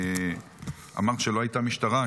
אמרת שלא הייתה משטרה.